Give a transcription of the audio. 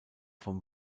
vom